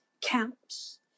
counts